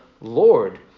Lord